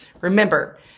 Remember